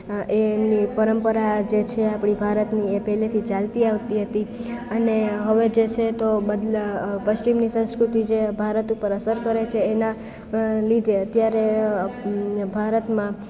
એ એમની પરંપરા જે છે આપણી ભારતની એ પહેલેથી ચાલતી આવતી હતી અને હવે જે છે તો પશ્ચિમની સંસ્કૃતિ જે ભારત ઉપર અસર કરે છે એના લીધે અત્યારે ભારતમાં